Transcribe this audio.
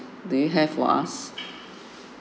do you have for us